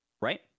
right